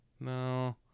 no